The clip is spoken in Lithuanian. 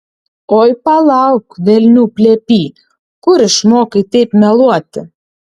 oi palauk velnių plepy kur išmokai taip meluoti